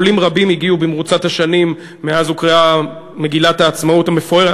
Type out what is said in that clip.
עולים רבים הגיעו במרוצת השנים מאז הוקראה מגילת העצמאות המפוארת.